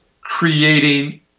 creating